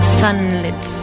sunlit